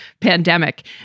pandemic